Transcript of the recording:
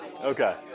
Okay